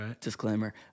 disclaimer